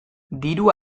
diru